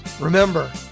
remember